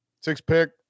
Six-pick